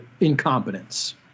incompetence